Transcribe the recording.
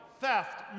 theft